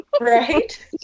right